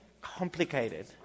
complicated